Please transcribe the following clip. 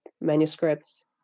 manuscripts